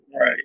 Right